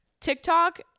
TikTok